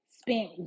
Spent